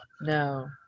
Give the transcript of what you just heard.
No